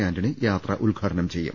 ആന്റണി യാത്ര ഉദ്ഘാടനം ചെയ്യും